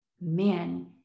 man